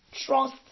Trust